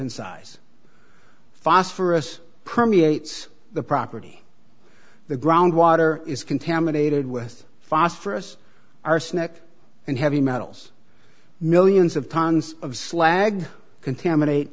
in size phosphorus permeates the property the ground water is contaminated with phosphorus arsenic and heavy metals millions of tons of slag contaminate